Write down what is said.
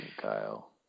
Kyle